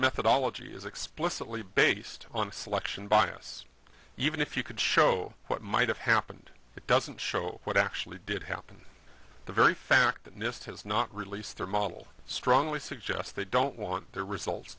methodology is explicitly based on a selection bias even if you could show what might have happened it doesn't show what actually did happen the very fact that nist has not released their model strongly suggests they don't want their results